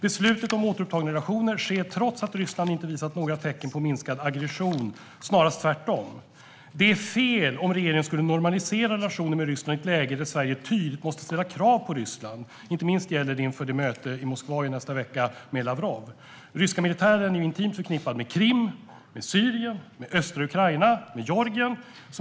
Beslutet om återupptagna relationer sker trots att Ryssland inte visat några tecken på minskad aggression, snarast tvärtom. Det är fel om regeringen skulle normalisera relationen med Ryssland i ett läge där Sverige tydligt måste ställa krav på Ryssland. Inte minst gäller det inför mötet i Moskva i nästa vecka med Lavrov. Ryska militären är intimt förknippad med Krim, med Syrien, med östra Ukraina och med Georgien.